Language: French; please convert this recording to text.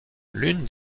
l’une